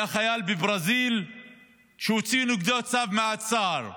היה חייל בברזיל שהוציאו נגדו צו מעצר.